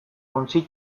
ontzi